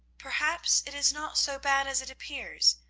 perhaps it is not so bad as it appears.